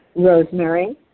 rosemary